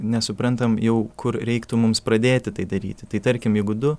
nesuprantam jau kur reiktų mums pradėti tai daryti tai tarkim jeigu du